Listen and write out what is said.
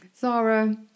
Zara